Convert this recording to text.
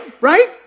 Right